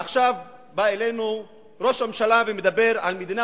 ועכשיו בא אלינו ראש הממשלה ומדבר על מדינה